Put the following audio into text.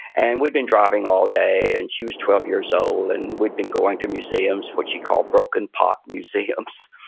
and we'd been driving all day, and she was twelve years old, and we'd been going to museums, which she called, broken pot museums,